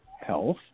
health